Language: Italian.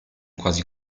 quasi